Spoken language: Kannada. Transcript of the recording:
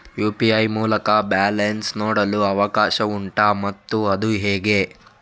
ಯು.ಪಿ.ಐ ಮೂಲಕ ಬ್ಯಾಲೆನ್ಸ್ ನೋಡಲು ಅವಕಾಶ ಉಂಟಾ ಮತ್ತು ಅದು ಹೇಗೆ?